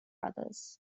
others